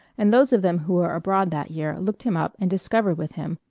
and those of them who were abroad that year looked him up and discovered with him,